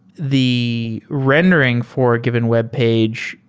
the rendering for given webpage,